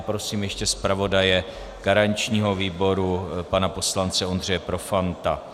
Prosím ještě zpravodaje garančního výboru pana poslance Ondřeje Profanta.